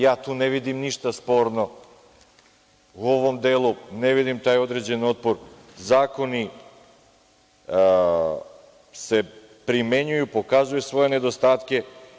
Ja tu ne vidim ništa sporno u ovom delu, ne vidim taj određen otpor, zakoni se primenjuju, pokazuju svoje nedostatke.